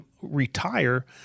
retire